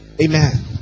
Amen